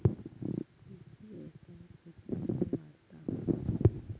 कृषीव्यवसाय खेच्यामुळे वाढता हा?